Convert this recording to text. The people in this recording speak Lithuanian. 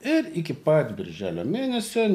ir iki pat birželio mėnesio